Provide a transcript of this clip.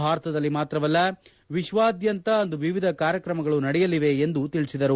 ಭಾರತದಲ್ಲಿ ಮಾತ್ರವಲ್ಲ ವಿಶ್ವಾದ್ಯಂತ ಅಂದು ವಿವಿಧ ಕಾರ್ಯಕ್ರಮಗಳು ನಡೆಯಲಿವೆ ಎಂದು ತಿಳಿಸಿದರು